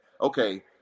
okay